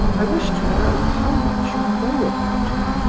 i wish to know how much you know about him,